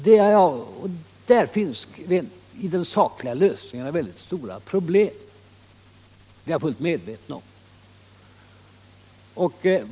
Att den sakliga lösningen är förenad med stora problem är jag fullt medveten om.